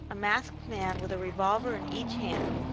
a masked man with a revolver in each hand,